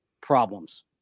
problems